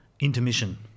Intermission